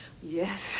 yes